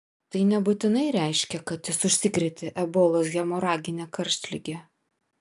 tai nebūtinai reiškia kad jis užsikrėtė ebolos hemoragine karštlige